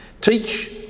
Teach